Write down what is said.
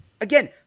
Again